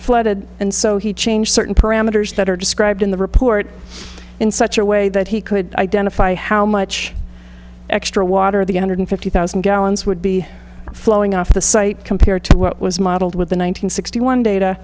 flooded and so he changed certain parameters that are described in the report in such a way that he could identify how much extra water the hundred fifty thousand gallons would be flowing off the site compared to what was modeled with the one nine hundred sixty one data